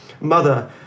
Mother